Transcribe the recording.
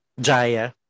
Jaya